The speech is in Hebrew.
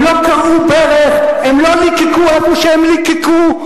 חבר הכנסת חנין, נישקו את כפות ידיו.